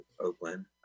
Oakland